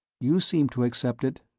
you seem to accept it